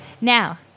Now